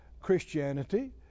Christianity